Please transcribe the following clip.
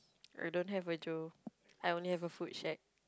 I don't have a Joe I only have a food shack